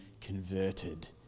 converted